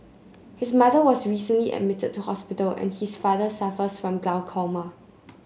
his mother was recently admitted to hospital and his father suffers from glaucoma